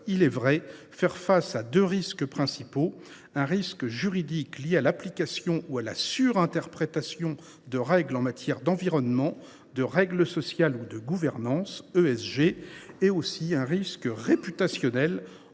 il est vrai, faire face à deux risques principaux : un risque juridique, lié à l’application ou à la surinterprétation de règles environnementales, sociales et de gouvernance (ESG), et un risque réputationnel,